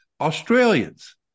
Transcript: Australians